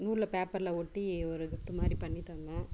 நூலை பேப்பரில் ஒட்டி ஒரு கிஃப்ட்டு மாதிரி பண்ணி தந்தேன்